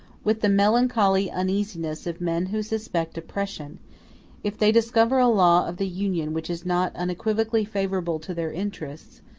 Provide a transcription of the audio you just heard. with the melancholy uneasiness of men who suspect oppression if they discover a law of the union which is not unequivocally favorable to their interests,